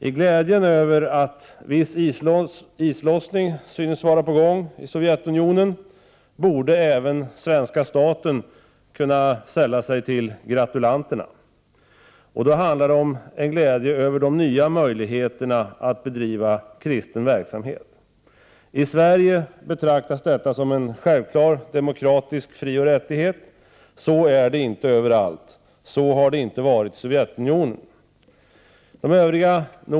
I glädjen över att viss islossning nu synes vara på gång i Sovjetunionen borde även svenska staten kunna sälla sig till gratulanterna. Då handlar det om en glädje över de nya möjligheterna att bedriva kristen verksamhet. I Sverige betraktas detta som en självklar demokratisk frioch rättighet. Så är det inte överallt; så har det inte varit i Sovjetunionen.